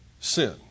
sin